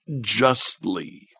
justly